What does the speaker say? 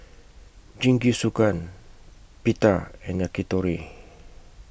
Jingisukan Pita and Yakitori